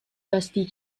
dusty